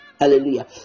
hallelujah